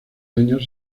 años